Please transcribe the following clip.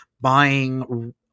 buying